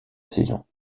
saison